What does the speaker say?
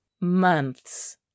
Months